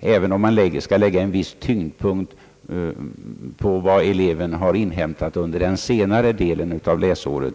även om man skall lägga en viss tyngdpunkt vid vad eleven inhämtat under den senare delen av läsåret.